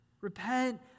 Repent